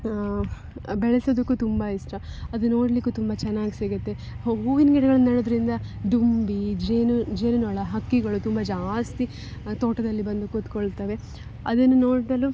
ಬೆಳೆಸೋದಕ್ಕೂ ತುಂಬ ಇಷ್ಟ ಅದು ನೋಡ್ಲಿಕ್ಕೂ ತುಂಬ ಚೆನ್ನಾಗಿ ಸಿಗುತ್ತೆ ಹೂವಿನ ಗಿಡಗಳನ್ನು ನೆಡುವುದ್ರಿಂದ ದುಂಬಿ ಜೇನು ಜೇನು ನೊಣ ಹಕ್ಕಿಗಳು ತುಂಬ ಜಾಸ್ತಿ ತೋಟದಲ್ಲಿ ಬಂದು ಕೂತ್ಕೊಳ್ತವೆ ಅದನ್ನು ನೋಡಲು